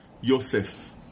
Yosef